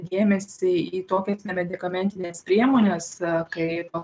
dėmesį į tokias nemedikamentines priemones kaip